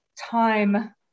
time